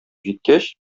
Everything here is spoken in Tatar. җиткәч